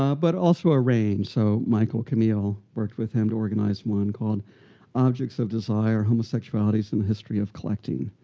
um but also arranged. so michael camille worked with him to organize one called objects of desire homosexualities in the history of collecting,